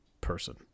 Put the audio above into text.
person